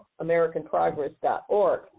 AmericanProgress.org